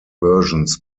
versions